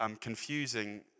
confusing